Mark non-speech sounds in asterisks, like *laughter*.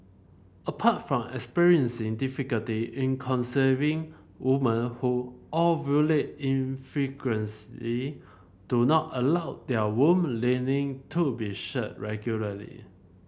apart from experiencing difficulty in conceiving woman who ovulate *unintelligible* do not allow their womb lining to be shed regularly